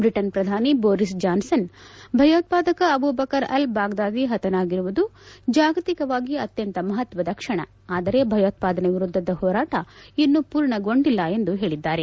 Britain ಪ್ರಧಾನಿ Boris Johnson ಭಯೋತ್ಪಾದಕ Abu Bakr al Baghdadi ಪತನಾಗಿರುವುದು ಜಾಗತಿಕವಾಗಿ ಅತ್ಯಂತ ಮಪತ್ವದ ಕ್ಷಣ ಆದರೆ ಭಯೋತ್ಪಾದನೆ ವಿರುದ್ಧದ ಹೋರಾಟ ಇನ್ನೂ ಮೂರ್ಣಗೊಂಡಿಲ್ಲ ಎಂದು ಹೇಳಿದ್ದಾರೆ